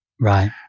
Right